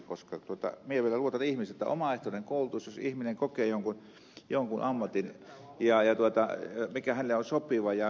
koska minä vielä luotan ihmiseen ja omaehtoiseen koulutukseen jos ihminen kokee jonkun ammatin hänelle sopivaksi ja hänellä on siihen mielihaluja